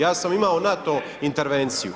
Ja sam imamo na to intervenciju.